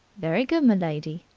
very good, m'lady.